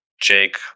Jake